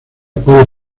puede